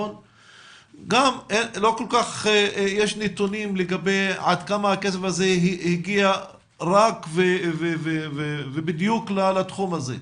אין כל כך נתונים עד כמה הכסף הזה הגיע רק ובדיוק לתחום הזה.